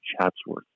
Chatsworth